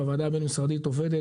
הוועדה הבין-משרדית עובדת